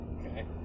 Okay